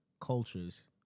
cultures